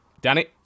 Danny